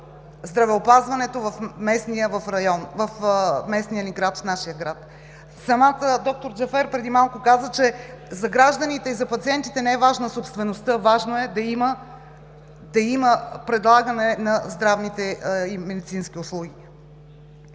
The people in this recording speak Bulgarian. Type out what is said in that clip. здравеопазването в нашия град. Самата доктор Джафер преди малко каза, че за гражданите и за пациентите не е важна собствеността, важно е да има предлагане на здравни и медицински услуги.